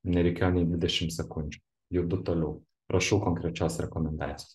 nereikėjo nei dvidešim sekundžių judu toliau prašau konkrečios rekomendacijos